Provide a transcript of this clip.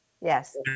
yes